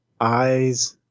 eyes